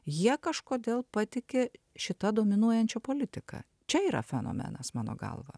jie kažkodėl patiki šita dominuojančia politika čia yra fenomenas mano galva